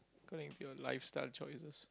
connect to your lifestyle choices